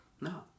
No